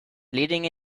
leading